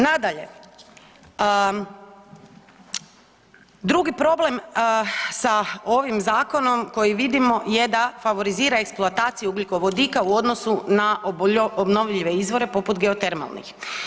Nadalje, drugi problem sa ovim zakonom koji vidimo je da favorizira eksploataciju ugljikovodika u odnosu na obnovljive izvore poput geotermalnih.